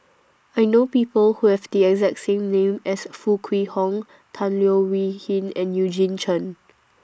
I know People Who Have The exact same name as Foo Kwee Horng Tan Leo Wee Hin and Eugene Chen